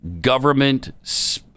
government